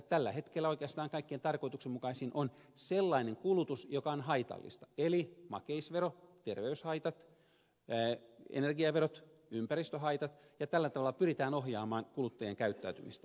tällä hetkellä oikeastaan kaikkein tarkoituksenmukaisin kohde on sellainen kulutus joka on haitallista eli makeisvero terveyshaitat energiaverot ympäristöhaitat ja tällä tavalla pyritään ohjaamaan kuluttajien käyttäytymistä